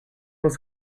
was